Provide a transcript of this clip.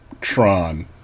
Tron